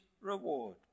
reward